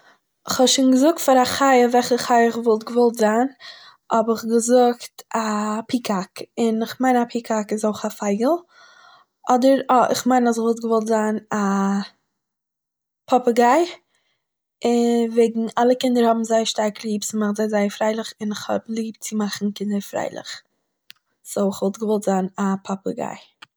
איך האב שוין געזאגט פאר א חיה, וועלכע חיה כ'וואלט געוואלט זיין, האב איך געזאגט א פיקאק, און איך מיין א פיקאק איז אויך א פייגל, אדער אה, איך מיין אז איך וואלט געוואלט זיין א פאפעגיי, און וועגן אלע קינדער האבן זייער שטארק ליב, ס'מאכט זיי זייער פריילעך, און איך האב ליב צו מאכן קינדער פריילעך, סו איך וואלט געוואלט זיין א פאפעגיי